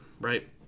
right